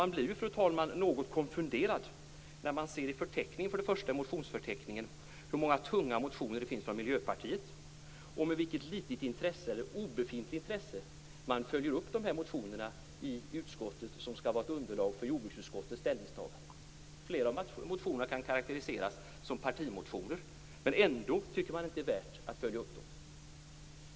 Man blir, fru talman, något konfunderad när man ser i motionsförteckningen hur många tunga motioner det finns från Miljöpartiet och med vilket litet eller obefintligt intresse motionerna följs upp i utskottet, som skall ge underlag för jordbruksutskottets ställningstagande. Flera av motionerna kan karakteriseras som partimotioner. Men ändå tycker inte Miljöpartiet att det är värt att följa upp dem.